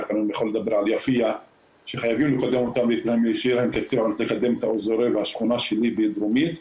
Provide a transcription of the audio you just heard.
רק אני יכול לדבר על יפיע ואת השכונה שלי הדרומית,